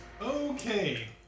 Okay